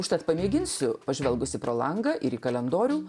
užtat pamėginsiu pažvelgusi pro langą ir į kalendorių